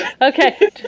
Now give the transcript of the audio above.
Okay